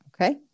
Okay